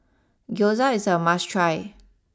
Gyoza is a must try